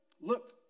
Look